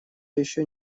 еще